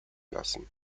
lassen